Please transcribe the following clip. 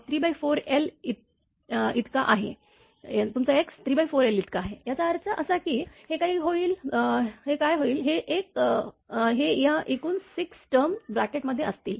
5T आहे आणि x तुमच्या 34l इतका आहे याचा अर्थ असा की हे काय होईल हे एक हे या एकूण 6 टर्म ब्रॅकेटमध्ये असतील